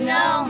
no